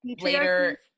later